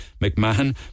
McMahon